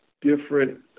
different